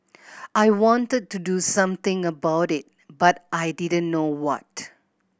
I wanted to do something about it but I didn't know what